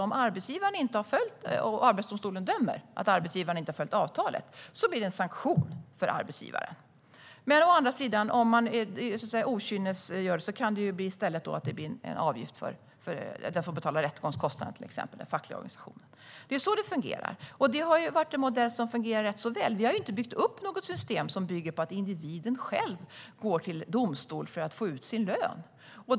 Om Arbetsdomstolen bedömer att arbetsgivaren inte har följt avtalet utdöms en sanktion mot arbetsgivaren. Om man i stället bedöms ha agerat okynnesaktigt kan den fackliga organisationen själv få betala rättegångskostnaderna. Det är så det fungerar, och denna modell har fungerat ganska väl. Vi har inte byggt upp ett system som bygger på att individen själv går till domstol för att få ut sin lön.